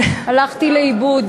הלכתי לאיבוד,